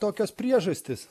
tokios priežastys